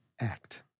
act